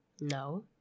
No